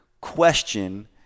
question